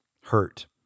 hurt